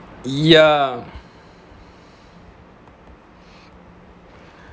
ya